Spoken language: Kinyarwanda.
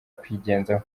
kwigenza